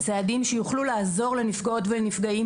בצעדים שיוכלו לעזור לנפגעות ולנפגעים